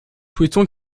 souhaitons